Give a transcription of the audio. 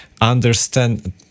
understand